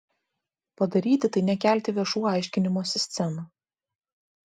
padaryti tai nekelti viešų aiškinimosi scenų